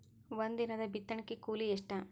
ಒಂದಿನದ ಬಿತ್ತಣಕಿ ಕೂಲಿ ಎಷ್ಟ?